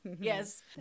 Yes